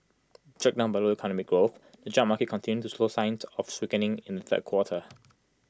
dragged down by low economic growth the job market continued to show signs of weakening in the third quarter